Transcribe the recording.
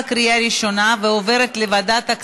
לוועדה שתקבע